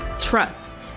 Trust